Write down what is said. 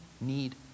need